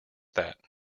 that